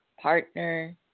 partner